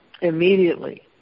Immediately